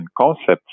concepts